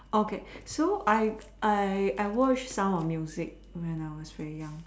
okay so I I I watch sound of music when I was very young